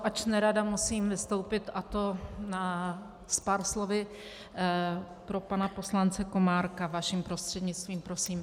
Ač nerada, musím vystoupit, a to s pár slovy pro pana poslance Komárka, vaším prostřednictvím prosím.